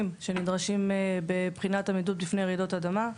שנדרשים בבחינת עמידות בפני רעידות אדמה.